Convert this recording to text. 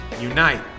Unite